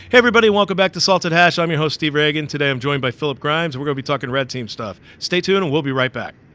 everybody welcome back to salted hash. i'm your host steve regan today. i'm joined by philip grimes we're gonna be talkin red team stuff stay tuned. and we'll be right back